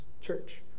church